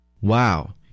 Wow